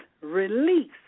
release